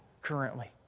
currently